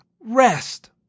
rest